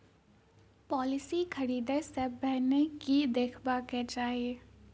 Policy खरीदै सँ पहिने की देखबाक चाहि?